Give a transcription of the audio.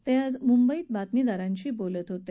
ते आज मुंबईत बातमीदारांशी बोलत होते